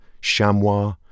chamois